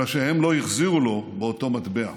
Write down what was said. אלא שהם לא החזירו לו באותו מטבע.